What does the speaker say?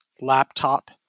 laptop